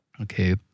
Okay